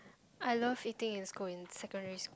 I love eating in school in secondary